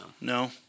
no